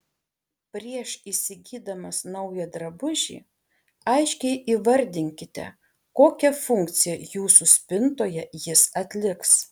prieš įsigydamos naują drabužį aiškiai įvardinkite kokią funkciją jūsų spintoje jis atliks